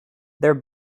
their